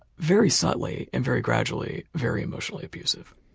very subtly, and very gradually, very emotionally abusive.